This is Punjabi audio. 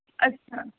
ਅੱਛਾ